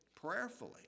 prayerfully